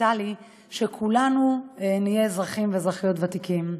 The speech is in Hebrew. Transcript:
טלי שכולנו נהיה אזרחים ואזרחיות ותיקים.